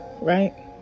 right